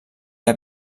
era